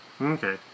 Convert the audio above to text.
Okay